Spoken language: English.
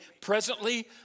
presently